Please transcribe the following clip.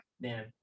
Man